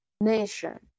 nation